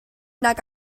nag